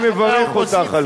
שאתה חושב אני מברך אותך על כך.